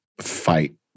fight